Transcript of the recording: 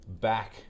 back